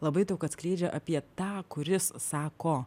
labai daug atskleidžia apie tą kuris sako